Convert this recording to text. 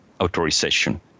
authorization